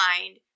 mind